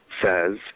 says